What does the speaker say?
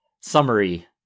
summary